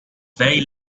very